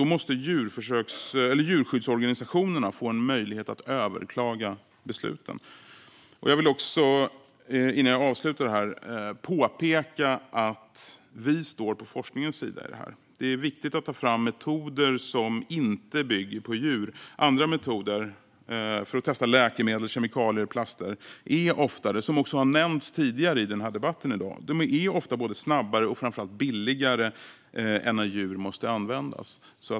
Då måste djurskyddsorganisationerna få en möjlighet att överklaga besluten. Jag vill också påpeka att vi står på forskningens sida. Det är viktigt att ta fram metoder som inte bygger på djur. Andra metoder för att testa läkemedel, kemikalier och plaster är ofta, vilket också har nämnts tidigare i den här debatten, både snabbare och framför allt billigare än när djur måste användas.